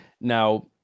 Now